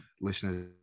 listeners